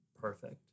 Perfect